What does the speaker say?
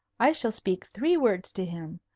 i shall speak three words to him.